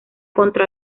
contra